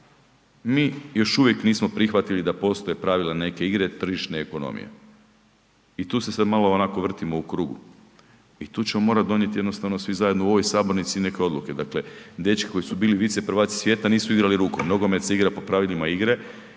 Mi još uvijek nismo prihvatili da postoje pravila neke igre, tržišne ekonomije i tu se sad malo onako vrtimo u krugu i tu ćemo morati donijeti jednostavno svi zajedno u ovoj sabornici neke odluke. Dakle, dečki koji su bili viceprvaci svijeta nisu igrali rukom, nogomet se igra po pravilima igre